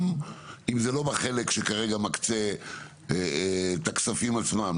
גם אם זה לא בחלק שכרגע מקצה את הכספים עצמם,